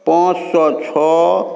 पाँच सए छओ